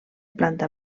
planta